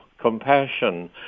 compassion